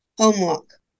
Homework